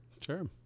Sure